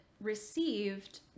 received